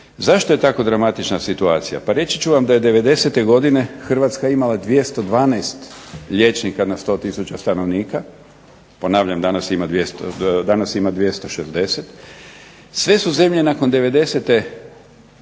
Zašto je tako dramatična situacija, pa reći ću vam da je 90. godine Hrvatska imala 212 liječnika na 100 tisuća stanovnika, ponavljam danas ima 260 sve su zemlje nakon 90-te